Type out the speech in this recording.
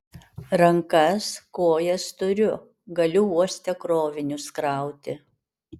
rankas kojas turiu galiu uoste krovinius krauti